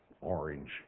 orange